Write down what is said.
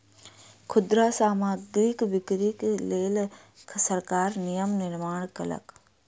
खुदरा सामग्रीक बिक्रीक लेल सरकार नियम निर्माण कयलक